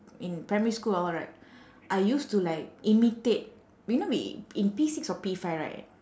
in primary school all right I used to like imitate you know we in P six or P five right